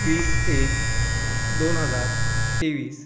वीस एक दोन हजार तेवीस